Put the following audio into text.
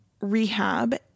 rehab